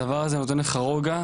הדבר הזה נותן לך רוגע,